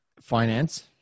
Finance